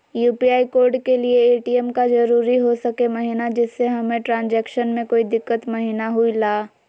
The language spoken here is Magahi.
यू.पी.आई कोड के लिए ए.टी.एम का जरूरी हो सके महिना जिससे हमें ट्रांजैक्शन में कोई दिक्कत महिना हुई ला?